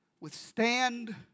withstand